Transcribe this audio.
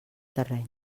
terreny